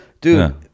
dude